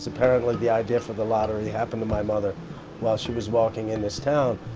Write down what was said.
apparently the idea for the lottery happened to my mother while she was walking in this town.